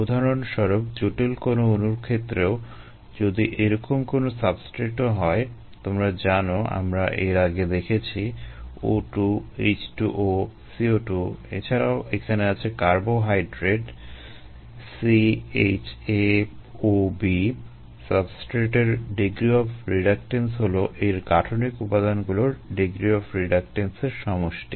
উদাহরণস্বরূপ জটিল কোনো অণুর ক্ষেত্রেও যদি এরকম কোনো সাবস্ট্রেটও CHaOb সাবস্ট্রেটের ডিগ্রি অফ রিডাকটেন্স হলো এর গাঠনিক উপাদানগুলোর ডিগ্রি অফ রিডাকটেন্সের সমষ্টি